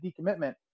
decommitment